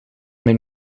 mijn